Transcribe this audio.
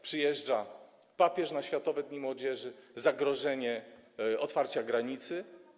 Przyjeżdża papież na Światowe Dni Młodzieży, zagrożenie otwarcia granicy.